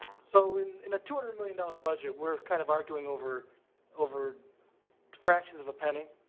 so in in a two hundred million dollars budget, we're kind of arguing over over fractions of a penny.